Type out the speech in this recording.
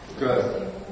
Good